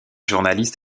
journalistes